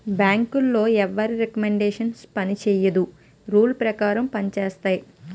బ్యాంకులో ఎవరి రికమండేషన్ పనిచేయదు రూల్ పేకారం పంజేత్తాయి